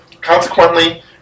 Consequently